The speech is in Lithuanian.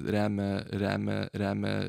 remia remia remia